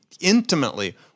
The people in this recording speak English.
intimately